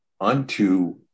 unto